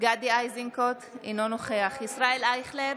גדי איזנקוט, אינו נוכח ישראל אייכלר,